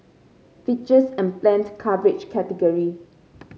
features and planned coverage category